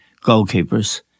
goalkeepers